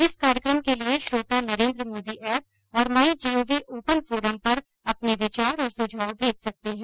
इस कार्यक्रम के लिए श्रोता नरेन्द्र मोदी एप और माई जीओवी ओपन फोरम पर अपने विचार और सुझाव भेज सकते हैं